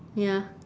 ya